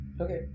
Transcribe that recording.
Okay